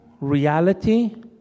reality